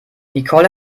nicole